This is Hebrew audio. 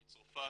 מצרפת,